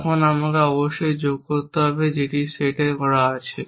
তখন আমাকে অবশ্যই যোগ করতে হবে যেটি সেট করা আছে